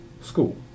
school